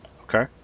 Okay